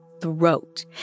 throat